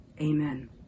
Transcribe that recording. Amen